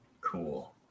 Cool